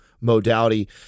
modality